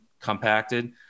compacted